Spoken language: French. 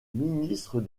ministre